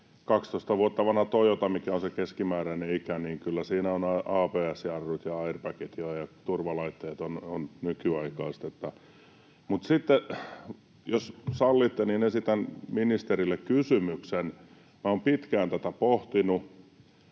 12 vuotta vanhassa Toyotassa, mikä on se keskimääräinen ikä, on kyllä ABS-jarrut ja airbagit ja turvalaitteet ovat nykyaikaiset. Mutta sitten, jos sallitte, esitän ministerille kysymyksen. Minä olen pitkään tätä pohtinut,